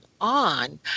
on